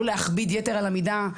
לא להכביד יתר על המידה,